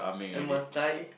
and must die